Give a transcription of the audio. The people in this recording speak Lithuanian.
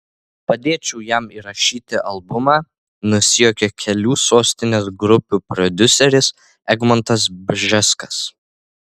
padėčiau jam įrašyti albumą nusijuokė kelių sostinės grupių prodiuseris egmontas bžeskas